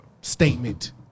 statement